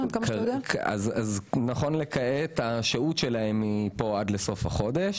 נכון לעכשיו השהות שלהם היא עד סוף החודש.